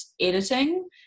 editing